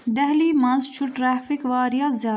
دہلی منز چھُ ٹریفِک واریاہ زیادٕ